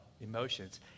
emotions